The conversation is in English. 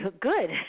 good